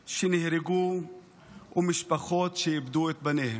שנהרגו ומשפחות שאיבדו את בניהן.